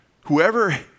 whoever